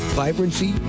vibrancy